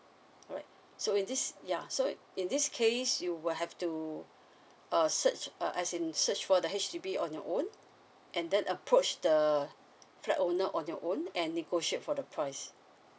alright so in this yeah so in this case you will have to uh search uh as in search for the H_D_B on your own and then approach the flat owner on your own and negotiate for the price